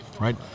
right